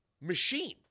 machine